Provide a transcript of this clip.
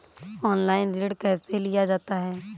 Online ऋण कैसे लिया जाता है?